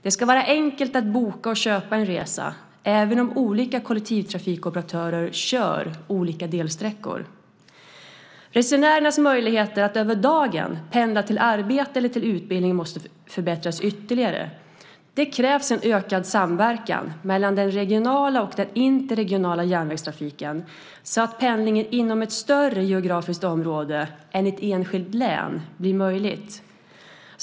Det ska vara enkelt att boka och köpa en resa, även om olika kollektivtrafikoperatörer kör olika delsträckor. Resenärernas möjligheter att över dagen pendla till arbete eller utbildning måste förbättras ytterligare. Det krävs en ökad samverkan mellan den regionala och den interregionala järnvägstrafiken så att pendling inom ett större geografiskt område än ett enskilt län blir möjlig.